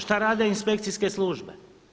Šta rade inspekcijske službe?